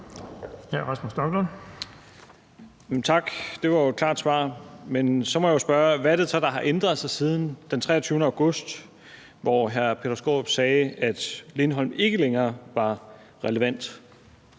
Rasmus Stoklund (S): Tak. Det var jo et klart svar, men så må jeg spørge: Hvad er det så, der har ændret sig siden den 23. august, hvor hr. Peter Skaarup sagde, at Lindholm ikke længere var relevant?